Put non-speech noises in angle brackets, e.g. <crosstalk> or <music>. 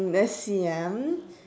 <noise> let's see ah